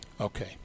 Okay